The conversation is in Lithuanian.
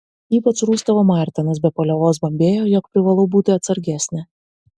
ypač rūstavo martenas be paliovos bambėjo jog privalau būti atsargesnė